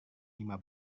lima